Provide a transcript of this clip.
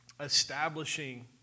establishing